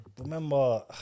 Remember